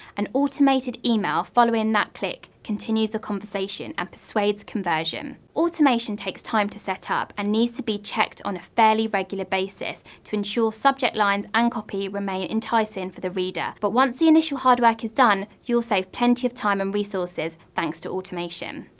an automated email following that click continues the conversation and persuades conversion. automation takes time to set up, and needs to be checked on a fairly regular basis, to ensure subject lines and copy remain enticing for the reader, but once the initial hard work is done, you'll save plenty of time and resources thanks to automation!